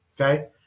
okay